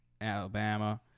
Alabama